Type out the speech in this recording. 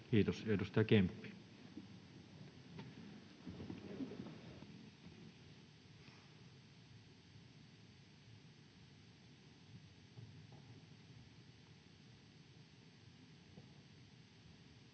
Kiitos. — Edustaja Kemppi. Kiitoksia,